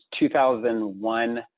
2001